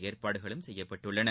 ஏற்பாடுகளும் செய்யப்பட்டுள்ளன